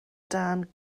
darn